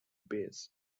base